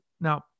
now